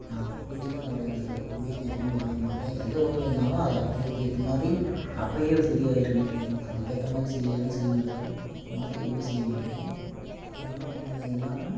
நான் புரிஞ்சுதான் வரையுவேனே தவிர புரியாமல் எப்பேயுமே வரையமாட்டேன் எதை வரைஞ்சேனாலும் அதை அர்த்தத்துக்கு ஏற்ற மாதிரி அப்பேயே அது சரியாயிருமே அதுக்கேற்ற மாதிரி சரியாதான் செய்வேனே தவிர மாற்றி எதுவுமே செய்யமாட்டேன் அதனாலதான் இல்லாமல்